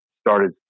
started